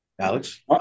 Alex